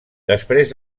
després